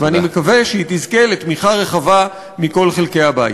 ואני מקווה שהיא תזכה לתמיכה רחבה מכל חלקי הבית.